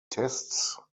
tests